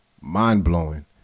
mind-blowing